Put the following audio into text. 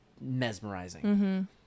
mesmerizing